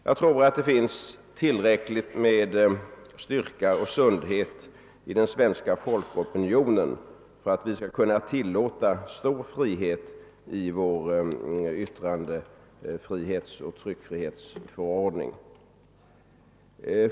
Jag tror att det finns tillräckligt med styrka och sundhet i den svenska folkopinionen för att vi skall kunna tillåta stor frihet i vår tryckfrihetsförordning.